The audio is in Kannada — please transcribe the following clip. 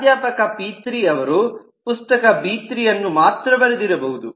ಪ್ರಾಧ್ಯಾಪಕ ಪಿ3 ಅವರು ಪುಸ್ತಕ ಬಿ3 ಅನ್ನು ಮಾತ್ರ ಬರೆದಿರಬಹುದು